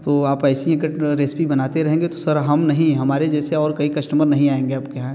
तो आप ऐसी रेसिपी बनाते रहेंगे तो सर हम नहीं हमारे जैसे और कई कस्टमर नहीं आएंगे आप के यहाँ